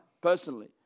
personally